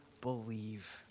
believe